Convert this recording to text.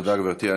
תודה, גברתי.